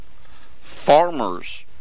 farmers